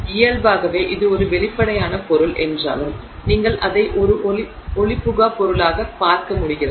எனவே இயல்பாகவே இது ஒரு வெளிப்படையான பொருள் என்றாலும் நீங்கள் அதை ஒரு ஒளிபுகா பொருளாகப் பார்க்க முடிகிறது